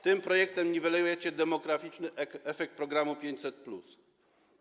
Tym projektem niwelujecie demograficzny efekt programu 500+.